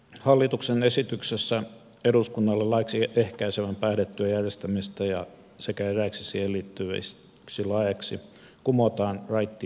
hallituksen esityksessä eduskunnalle laiksi ehkäisevän päihdetyön järjestämisestä sekä eräiksi siihen liittyviksi laeiksi kumotaan raittiustyölaki